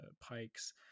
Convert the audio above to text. Pikes